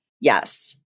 Yes